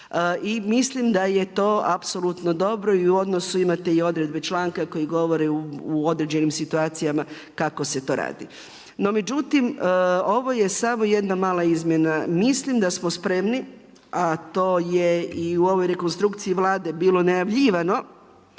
I mislim da je to apsolutno dobro i u odnosu ima te odredbe članka koji govori u određenim situacijama kako se to radi. No međutim, ovo je samo jedna mala izmjena, mislim da smo spremni a to je i u ovoj rekonstrukciji Vlade bilo najavljivano,